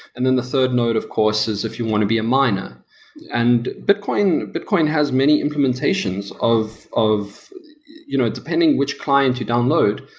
and then the third node of course is if you want to be a miner and bitcoin bitcoin has many implementations of of you know depending which client you download,